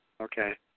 Okay